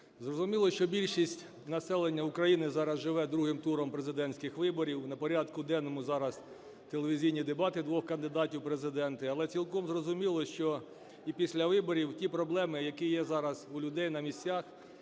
Зрозуміло, що більшість населення України зараз живе другим туром президентських виборів, на порядку денному зараз телевізійні дебати двох кандидатів у Президенти, але цілком зрозуміло, що і після виборів ті проблеми, які є зараз у людей на місцях